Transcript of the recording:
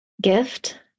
gift